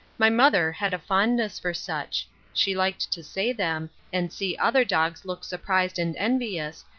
my mother had a fondness for such she liked to say them, and see other dogs look surprised and envious,